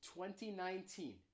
2019